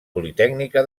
politècnica